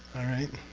alright?